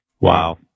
wow